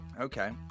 Okay